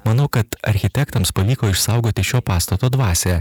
manau kad architektams pavyko išsaugoti šio pastato dvasią